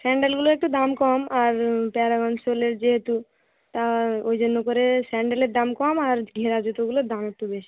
স্যান্ডেলগুলো একটু দাম কম আর প্যারাগন সোলের যেহেতু তা ওই জন্য করে স্যান্ডেলের দাম কম আর ঘেরা জুতোগুলোর দাম একটু বেশি